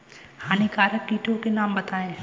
हानिकारक कीटों के नाम बताएँ?